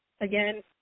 again